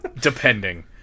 depending